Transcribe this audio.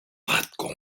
chatką